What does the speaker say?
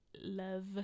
love